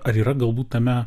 ar yra galbūt tame